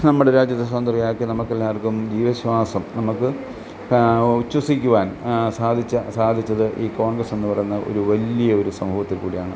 നമ്മുടെ രാജ്യത്തെ സ്വാതന്ത്രരാക്കിയ നമുക്കെല്ലാവർക്കും ജീവശ്വാസം നമുക്ക് ഉച്വസിക്കുവാൻ സാധിച്ച സാധിച്ചത് ഈ കോൺഗ്രസെന്ന് പറയുന്ന ഒരു വലിയൊരു സമൂഹത്തിൽക്കൂടിയാണ്